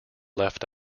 left